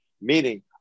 Meaning